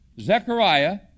Zechariah